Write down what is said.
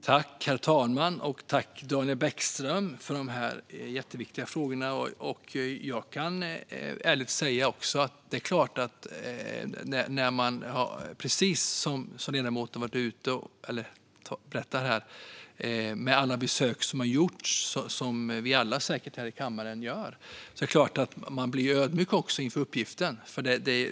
Herr talman! Jag tackar Daniel Bäckström för de jätteviktiga frågorna. Jag kan ärligt säga att precis som ledamoten berättar om alla besök, som säkert alla här i kammaren gör, blir man ödmjuk inför uppgiften.